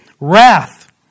Wrath